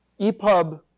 EPUB